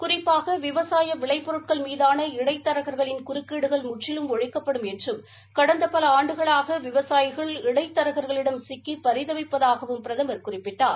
குறிப்பாக விவசாய விளைப்பொருட்கள் மீதான இடைத்தரகா்களின் குறுக்கீடுகள் முற்றிலும் ஒழிக்கப்படும் என்றும் கடந்த பல ஆண்டுகளாக விவசாயிகள் இடைத்தரகர்களிடம் பரிதவிப்பதாகவும் பிரதமர் குறிப்பிடடார்